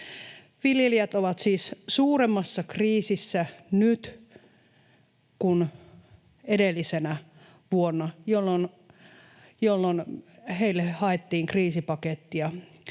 Viljelijät ovat siis suuremmassa kriisissä nyt kuin edellisenä vuonna, jolloin heille haettiin kriisipakettia.